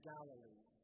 Galilee